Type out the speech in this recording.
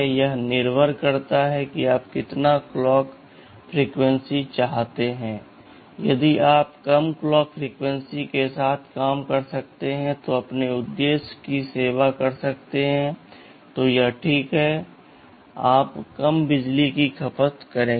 यह निर्भर करता है कि आप कितना क्लॉक फ्रीक्वेंसी चाहते हैं यदि आप कम क्लॉक फ्रीक्वेंसी के साथ काम कर सकते हैं और अपने उद्देश्य की सेवा कर सकते हैं तो यह ठीक है आप कम बिजली की खपत करेंगे